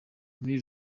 muri